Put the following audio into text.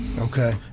Okay